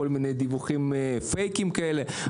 כל מיני דיווחים פייקים כאלה.